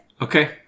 Okay